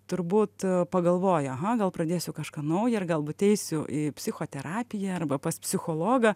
turbūt pagalvoja aha gal pradėsiu kažką naują ir galbūt eisiu į psichoterapiją arba pas psichologą